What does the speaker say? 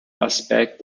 aspect